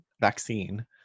vaccine